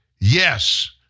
Yes